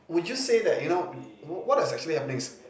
would you say that you know what is actually happening is